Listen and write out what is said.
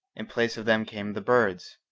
in place of them came the birds,